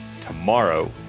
Tomorrow